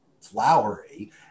flowery